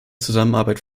zusammenarbeit